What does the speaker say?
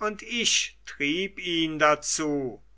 und ich trieb ihn dazu